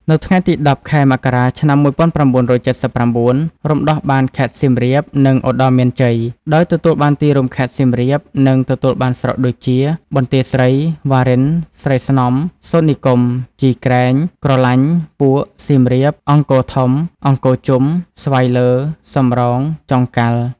នៅថ្ងៃទី ១០ ខែមករា ឆ្នាំ ១៩៧៩ រំដោះបានខេត្តសៀមរាប និងឧត្តរមានជ័យ ដោយទទួលបានទីរួមខេត្ត សៀមរាប និងទទួលបានស្រុកដូចជា បន្ទាយស្រី វ៉ារិន ស្រីស្នំ សូត្រនិគម ជីក្រែង ក្រឡាញ់ ពួក សៀមរាប អង្គរធំ អង្គរជុំ ស្វាយលើ សំរោង ចុងកាល់។